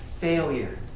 failure